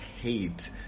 hate